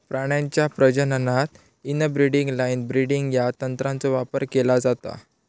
प्राण्यांच्या प्रजननात inbreeding line breeding या तंत्राचो वापर केलो जाता